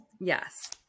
Yes